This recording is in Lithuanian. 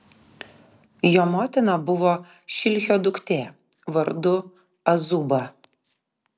jo motina buvo šilhio duktė vardu azuba